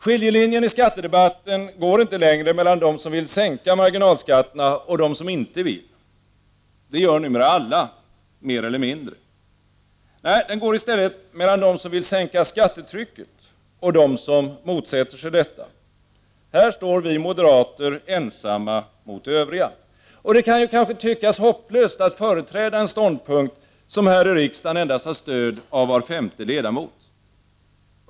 Skiljelinjen i skattedebatten går inte längre mellan dem som vill sänka marginalskatterna och dem som inte vill. Det gör numera alla — mer eller mindre. Den går i stället mellan dem som vill sänka skattetrycket och dem som motsätter sig detta. Här står vi moderater ensamma mot övriga. Det kan tyckas hopplöst att företräda en ståndpunkt som här i riksdagen endast har stöd av var femte ledamot.